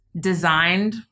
designed